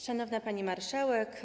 Szanowna Pani Marszałek!